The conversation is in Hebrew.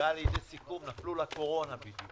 הישיבה ננעלה בשעה 13:50.